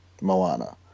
Moana